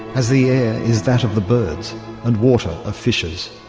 as the air is that of the birds and water of fishes.